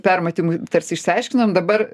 permatymu tarsi išsiaiškinom dabar